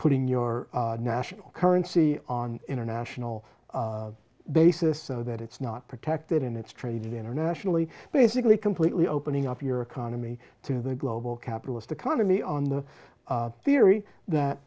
putting your national currency on international basis that it's not protected in its trade internationally basically completely opening up your economy to the global capitalist economy on the theory that